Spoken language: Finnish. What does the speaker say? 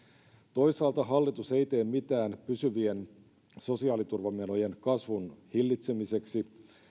toisaalta hallitus ei tee mitään pysyvien sosiaaliturvamenojen kasvun hillitsemiseksi